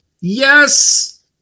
Yes